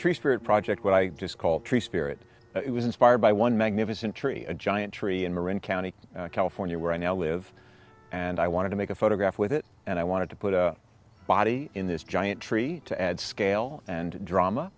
tree spirit project what i just called tree spirit it was inspired by one magnificent tree a giant tree in marin county california where i now live and i wanted to make a photograph with it and i wanted to put a body in this giant tree to add scale and drama